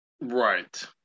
Right